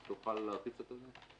תוכל להרחיב קצת על זה?